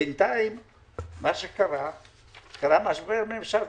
בינתיים קרה משבר ממשלתי.